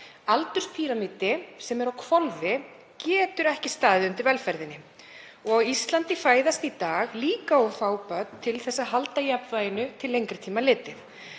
Aldurspíramídi sem er á hvolfi getur ekki staðið undir velferðinni. Á Íslandi fæðast í dag líka of fá börn til að halda jafnvæginu til lengri tíma litið.